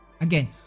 Again